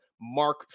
Mark